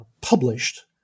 published